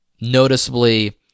noticeably